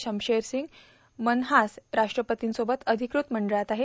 शमशेर सिंग मनहास राष्ट्रपतींसोबत अधिकृत मंडळात आहे